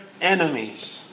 enemies